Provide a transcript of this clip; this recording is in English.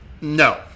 No